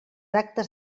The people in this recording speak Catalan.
actes